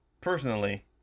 personally